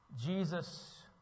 Jesus